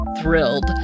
thrilled